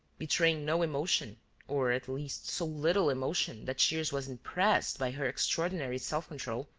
betraying no emotion or, at least, so little emotion that shears was impressed by her extraordinary self-control,